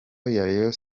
rayon